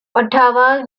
ottawa